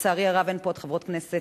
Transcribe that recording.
לצערי הרב, אין פה עוד חברות כנסת.